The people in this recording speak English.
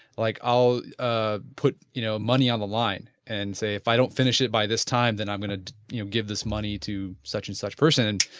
like i'll ah put you know money on the line and say if i don't finish it by this time then i'm going to you know give this money to such and such person and,